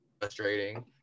frustrating